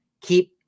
Keep